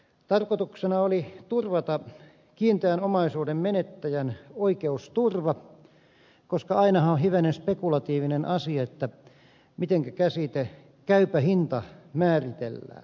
tarkoituksena oli turvata kiinteän omaisuuden menettäjän oikeusturva koska ainahan on hivenen spekulatiivinen asia miten käsite käypä hinta määritellään